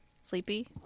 Sleepy